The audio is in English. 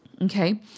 okay